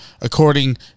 according